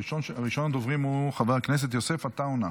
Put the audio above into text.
ראשון הדוברים הוא חבר הכנסת יוסף עטאונה,